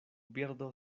birdo